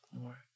more